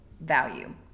value